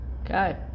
Okay